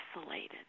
isolated